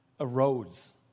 erodes